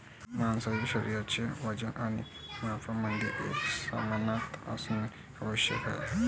माणसाचे शरीराचे वजन आणि मापांमध्ये एकसमानता असणे आवश्यक आहे